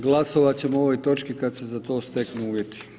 Glasovat ćemo ovoj točki kad se steknu uvjeti.